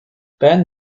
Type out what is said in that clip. ben